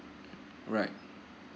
right